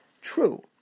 true